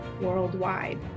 worldwide